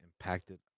impacted